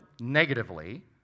negatively